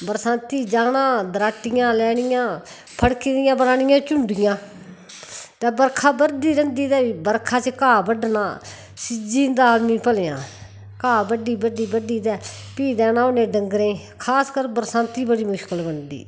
बरसांती जाना दराटियां लैनियां फड़की दियां बनानियां झुंडियां ते बरखा बरदी रौंह्दी ते राखा च घाह् बड्ढना सिज्जी जंदा आदमी भलेआं घाह् बड्ढी बड्ढी ते भी जाना उ'नें डंगरे गी खास कर बरसांती बड़ी मुशकल बनदी